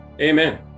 Amen